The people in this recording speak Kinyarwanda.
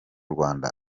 rwanda